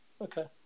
Okay